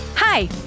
Hi